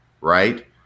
right